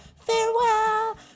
farewell